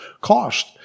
cost